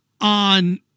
on